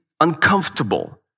uncomfortable